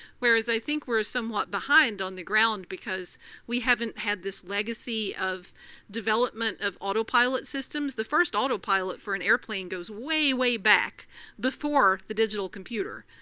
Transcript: whereas i think we're somewhat behind on the ground because we haven't had this legacy of development of autopilot systems. the first autopilot for an airplane goes way way back before the digital computer,